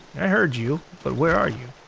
i heard you but where are you?